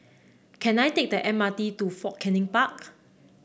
can I take the M R T to Fort Canning Park